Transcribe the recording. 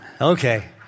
okay